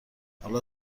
حالا